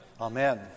Amen